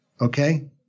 Okay